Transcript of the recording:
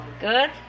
Good